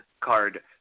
card